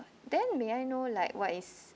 then may I know like what is